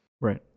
right